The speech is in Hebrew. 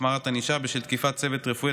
החמרת ענישה בשל תקיפת צוות רפואי),